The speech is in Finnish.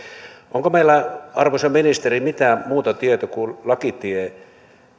onko meillä arvoisa ministeri mitään muuta tietä kuin lakitie